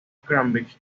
cambridge